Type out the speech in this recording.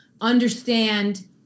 understand